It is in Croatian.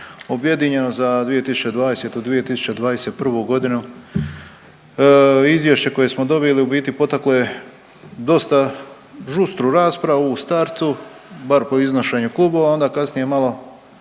objedinjeno za 2020.-2021.g.. Izvješće koje smo dobili u biti potaklo je dosta žustru raspravu u startu, bar po iznošenju klubova, a onda kasnije malo